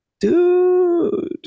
dude